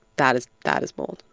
that is that is mold.